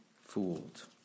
fooled